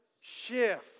shift